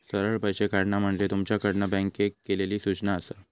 सरळ पैशे काढणा म्हणजे तुमच्याकडना बँकेक केलली सूचना आसा